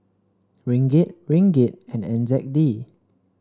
Ringgit Ringgit and N Z D